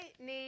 need